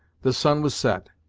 the sun was set,